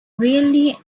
really